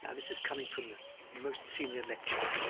yeah this is coming from the most senior lecturer